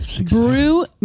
brew